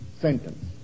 sentence